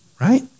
right